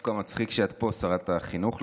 דווקא מצחיק שאת פה, שרת החינוך.